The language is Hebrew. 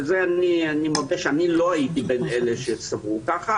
ואני מודה שלא הייתי בין אלה שסברו כך,